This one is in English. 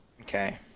Okay